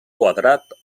quadrat